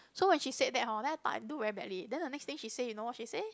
so when she said that hor then I thought I do very badly then the next thing she say you know what she say